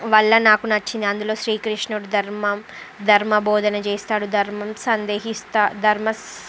వల్ల నాకు నచ్చింది అందులో శ్రీకృష్ణుడు ధర్మం ధర్మ బోధన చేస్తాడు ధర్మం సందేహిస్తూ ధర్మస్